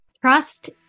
Trust